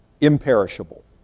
imperishable